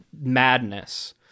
madness